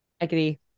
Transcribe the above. agree